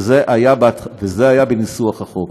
וזה היה בניסוח החוק.